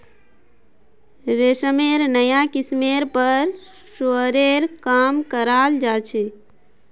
रेशमेर नाया किस्मेर पर शोध्येर काम कराल जा छ